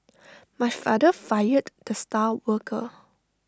my father fired the star worker